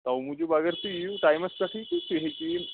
تَوٕ موٗجوٗب اگر تُہۍ یِیو ٹایمس پیٚٹھٕے تہٕ تُہۍ ہیٚکِو یم